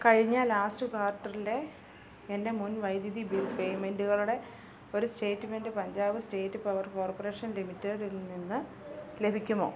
കഴിഞ്ഞ ലാസ്റ്റ് ക്വാർട്ടറിലെ എൻ്റെ മുൻ വൈദ്യുതി ബിൽ പേയ്മെൻ്റുകളുടെ ഒരു statement Punjab state power corporation ലിമിറ്റഡിൽ നിന്ന് ലഭിക്കുമോ